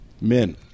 men